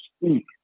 speak